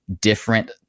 different